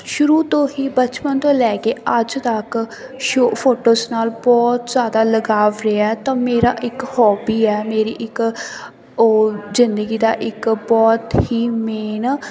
ਸ਼ੁਰੂ ਤੋਂ ਹੀ ਬਚਪਨ ਤੋਂ ਲੈ ਕੇ ਅੱਜ ਤੱਕ ਸ਼ੋ ਫੋਟੋਸ ਨਾਲ ਬਹੁਤ ਜ਼ਿਆਦਾ ਲਗਾਅ ਰਿਹਾ ਤਾਂ ਮੇਰਾ ਇੱਕ ਹੋਬੀ ਹੈ ਮੇਰੀ ਇੱਕ ਉਹ ਜ਼ਿੰਦਗੀ ਦਾ ਇੱਕ ਬਹੁਤ ਹੀ ਮੇਨ